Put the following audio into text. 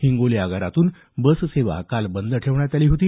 हिंगोली आगारातून बससेवा काल बंद ठेवण्यात आली होती